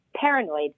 paranoid